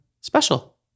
special